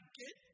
get